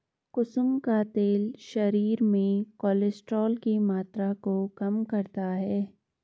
कुसुम का तेल शरीर में कोलेस्ट्रोल की मात्रा को कम करता है